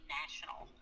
national